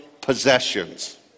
possessions